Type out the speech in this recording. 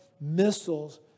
missiles